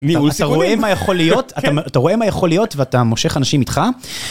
אתה רואה מה יכול להיות, אתה רואה מה יכול להיות, ואתה מושך אנשים איתך.